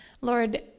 Lord